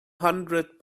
hundred